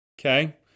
Okay